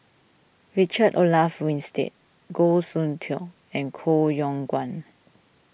Richard Olaf Winstedt Goh Soon Tioe and Koh Yong Guan